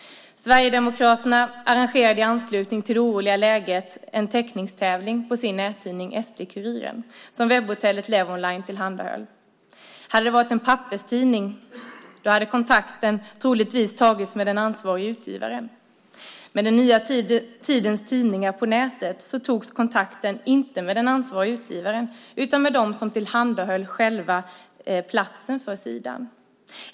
Sverigedemokraterna arrangerade i anslutning till det oroliga läget en teckningstävling på sin nättidning SD-Kuriren som webbhotellet Levonline tillhandahöll. Hade det varit en papperstidning hade kontakten troligtvis tagits med den ansvarige utgivaren. Med den nya tidens tidningar på nätet togs kontakten inte med den ansvarige utgivaren utan med dem som tillhandahöll själva platsen för sidan.